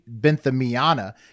benthamiana